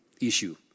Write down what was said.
issue